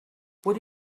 would